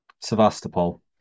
Sevastopol